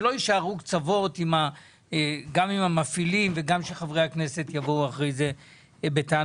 שלא יישארו קצוות גם עם המפעילים ושגם חברי הכנסת יבואו אחר כך בטענות.